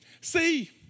see